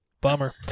Bummer